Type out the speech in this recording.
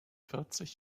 vierzig